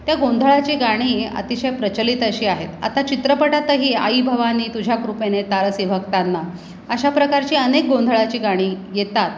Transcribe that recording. त्या गोंधळाची गाणी अतिशय प्रचलित अशी आहेत आता चित्रपटातही आई भवानी तुझ्या कृपेने तारसी भक्तांना अशा प्रकारची अनेक गोंधळाची गाणी येतात